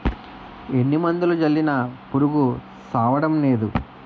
ఎన్ని మందులు జల్లినా పురుగు సవ్వడంనేదు